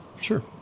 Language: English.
sure